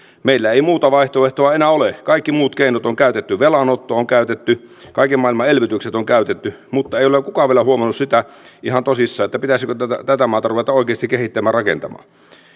meillä ei muuta vaihtoehtoa enää ole kaikki muut keinot on käytetty velanotto on käytetty kaiken maailman elvytykset on käytetty mutta ei ole kukaan vielä huomannut sitä ihan tosissaan pitäisikö tätä maata ruveta oikeasti kehittämään ja rakentamaan